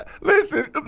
Listen